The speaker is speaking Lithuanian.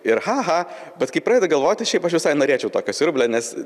ir haha bet kai pradedi galvoti šiaip aš visai norėčiau tokio siurblio nes